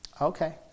Okay